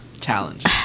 Challenge